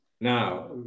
Now